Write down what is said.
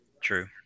True